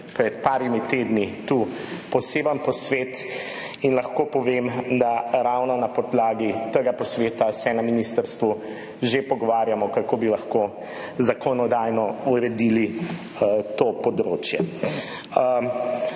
pred nekaj tedni tu poseben posvet in lahko povem, da se ravno na podlagi tega posveta na ministrstvu že pogovarjamo, kako bi lahko zakonodajno uredili to področje.